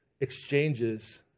exchanges